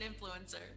influencer